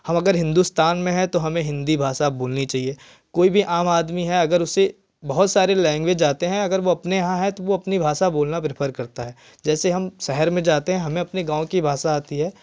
हम अगर हिंदुस्तान में हैं तो हमें हिंदी भाषा बोलनी चाहिए कोई भी आम आदमी है अगर उसे बहुत सारे लैंग्वेज आते हैं अगर वह अपने यहाँ है तो वह अपनी भाषा बोलना प्रिफर करता है जैसे हम शहर में जाते हैं हमें अपनी गाँव की भाषा आती है